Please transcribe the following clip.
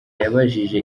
yabajije